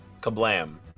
Kablam